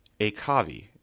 Akavi